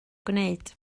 gwneud